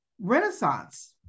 renaissance